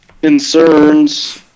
concerns